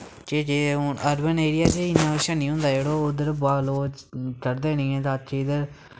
केह् केह् हून अर्बन एरिया च इ'न्ना किश हैनी होंदा यरो उद्धर लोग करदे गै नी हैन इद्धर